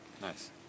Nice